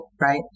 Right